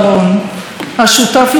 השותף לדרך שלנו,